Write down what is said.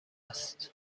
است